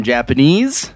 Japanese